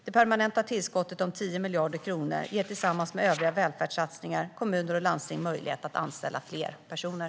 Det permanenta tillskottet på 10 miljarder kronor ger tillsammans med övriga välfärdssatsningar kommuner och landsting möjlighet att anställa fler personer.